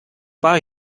war